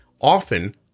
often